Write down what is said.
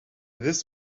this